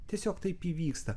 tiesiog taip įvyksta